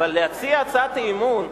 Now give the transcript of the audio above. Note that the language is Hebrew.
אבל להציע הצעת אי-אמון?